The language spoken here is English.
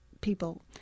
people